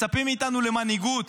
מצפים מאיתנו למנהיגות.